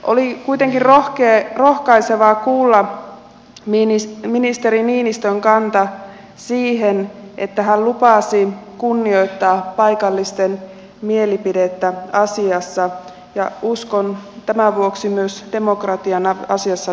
oli kuitenkin rohkaisevaa kuulla ministeri niinistön kanta siihen että hän lupasi kunnioittaa paikallisten mielipidettä asiassa ja uskon tämän vuoksi myös demokratian asiassa toteutuvan